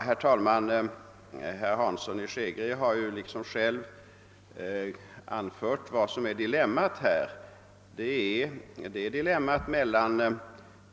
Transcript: Herr talman! Herr Hansson i Skegrie har ju själv angivit vad som är dilemmat här, nämligen